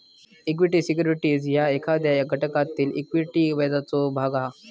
equity securities ह्यो एखाद्या घटकातील इक्विटी व्याजाचो भाग हा